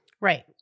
right